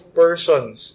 persons